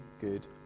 good